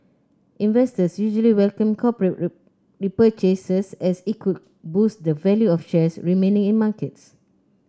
investors usually welcome corporate repurchases as it could boost the value of shares remaining in markets